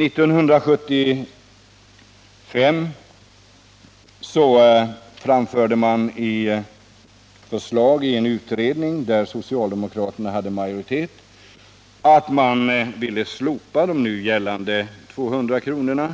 1975 föreslogs i en utredning, där socialdemokraterna var i majoritet, att man skulle slopa 200-kronorsgränsen.